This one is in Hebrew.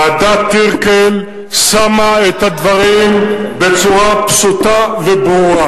ועדת-טירקל שמה את הדברים בצורה פשוטה וברורה,